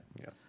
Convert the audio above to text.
Yes